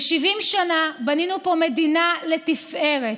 ב-70 שנה בנינו פה מדינה לתפארת,